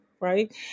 right